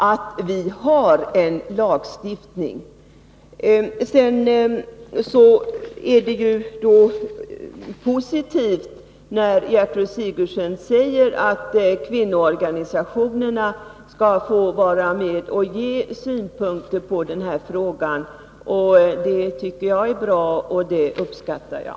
Sedan är det positivt att Gertrud Sigurdsen uttalar att kvinnoorganisationerna skall få vara med och ge synpunkter på den här frågan. Det tycker jag är bra, och det uppskattar jag.